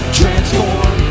transform